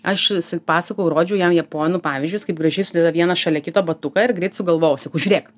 aš s pasakojau rodžiau jam japonų pavyzdžius kaip gražiai sudeda vieną šalia kito batuką ir greit sugalvojau sakau žiūrėk